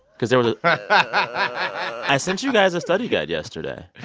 because there was a. i sent you guys a study guide yesterday oh,